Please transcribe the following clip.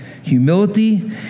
Humility